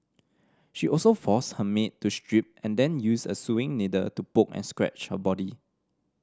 she also forced her maid to strip and then used a sewing needle to poke and scratch her body